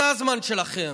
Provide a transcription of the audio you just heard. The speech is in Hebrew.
זה הזמן שלכם.